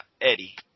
Eddie